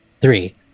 three